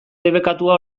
debekatua